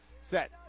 Set